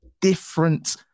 different